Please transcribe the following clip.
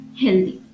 healthy